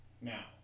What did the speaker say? Now